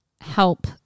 help